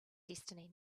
destiny